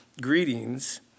greetings